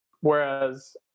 Whereas